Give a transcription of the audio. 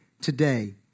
today